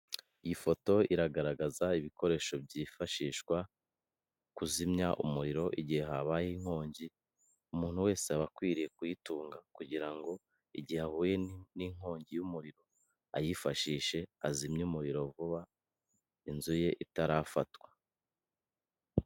Iyi foto iragaragaza ibikoresho byifashishwa kuzimya umuriro igihe habayeho inkongi, umuntu wese aba akwiriye kuyitunga kugira ngo igihe ahuye n'inkongi y'umuriro, ayifashishe azimye umuriro vuba, inzu ye itarafatwa.